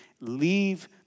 leave